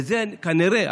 וזה כנראה,